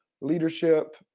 leadership